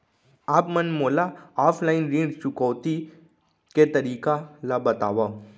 आप मन मोला ऑफलाइन ऋण चुकौती के तरीका ल बतावव?